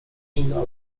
inna